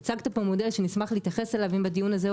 והצגת פה מודל שנשמח להתייחס אליו אם בדיון הזה,